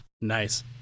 Nice